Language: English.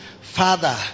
Father